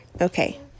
Okay